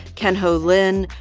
ken-hou lin,